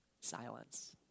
Silence